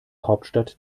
hauptstadt